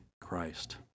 Christ